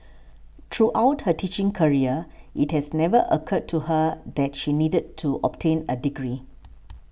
throughout her teaching career it has never occurred to her that she needed to obtain a degree